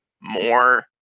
more